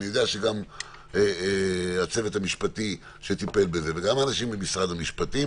ואני יודע שגם הצוות המשפטי שטיפל בזה וגם האנשים במשרד המשפטים